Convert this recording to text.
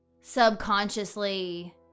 subconsciously